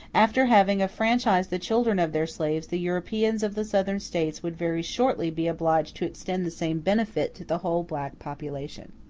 after having affranchised the children of their slaves the europeans of the southern states would very shortly be obliged to extend the same benefit to the whole black population.